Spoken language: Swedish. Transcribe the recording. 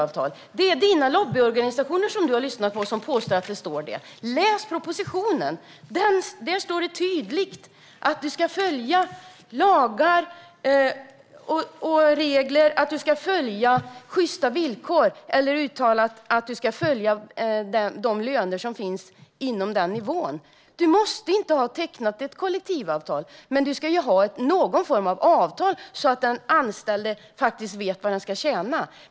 Det är Ann-Charlotte Hammar Johnssons lobbyorganisationer som hon har lyssnat på som påstår att det står så. Läs propositionen! Där står det tydligt att du ska följa lagar och regler och ge sjysta villkor, eller uttalat, att du ska följa de löner som finns inom den nivån. Du måste inte ha tecknat ett kollektivavtal, men någon form av avtal ska du ha så att den anställda faktiskt vet vad den ska tjäna.